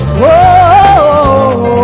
Whoa